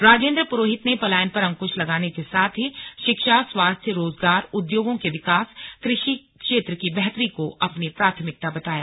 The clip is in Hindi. राजेन्द्र पुरोहित ने पलायन पर अंकुश लगाने के साथ ही शिक्षा स्वास्थ्य रोजगार उद्योगों के विकास कृषि क्षेत्र की बेहतरी को अपनी प्राथमिकता बताया